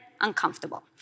uncomfortable